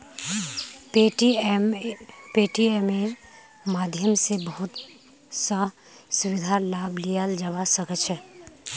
पेटीएमेर माध्यम स बहुत स सुविधार लाभ लियाल जाबा सख छ